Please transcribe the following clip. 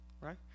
right